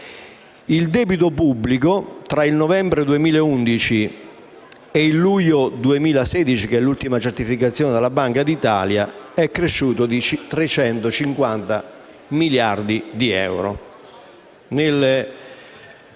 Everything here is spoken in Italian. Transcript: Il debito pubblico, tra il novembre 2011 e il luglio 2016, data dell'ultima certificazione della Banca d'Italia, è cresciuto di 350 miliardi di euro.